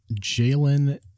Jalen